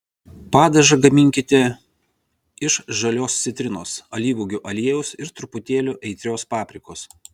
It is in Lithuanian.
padažą gaminkite iš žalios citrinos alyvuogių aliejaus ir truputėlio aitrios paprikos